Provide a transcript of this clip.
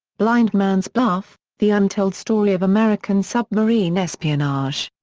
blind man's bluff the untold story of american submarine espionage.